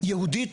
יהודית,